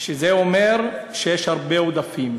שזה אומר שיש הרבה עודפים